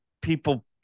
people